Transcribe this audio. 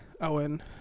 Owen